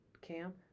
camp